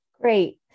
Great